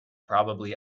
probably